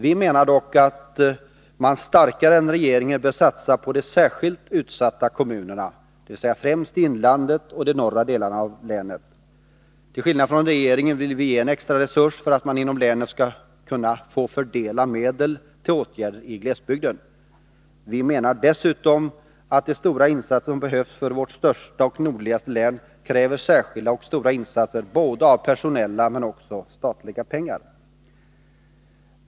Vi menar dock att man starkare än regeringen bör satsa på de särskilt utsatta kommunerna, dvs. främst i inlandet och i norra delarna av länet. Till skillnad från regeringen vill vi ge en extra resurs för att man inom länet skall kunna fördela medel till åtgärder i glesbygden. Vi menar dessutom att de stora insatser som behövs för vårt största och nordligaste län kräver särskilda och stora insatser av både personella resurser och statliga pengar.